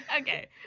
Okay